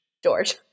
George